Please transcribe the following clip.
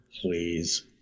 Please